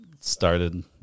started